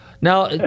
now